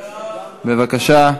בבקשה.